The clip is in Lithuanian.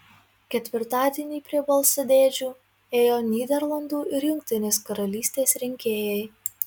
ketvirtadienį prie balsadėžių ėjo nyderlandų ir jungtinės karalystės rinkėjai